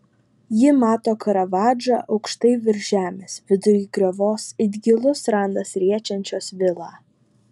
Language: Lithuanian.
ji mato karavadžą aukštai virš žemės vidury griovos it gilus randas riečiančios vilą